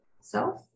self